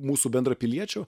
mūsų bendrapiliečių